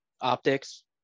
optics